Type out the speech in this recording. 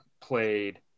played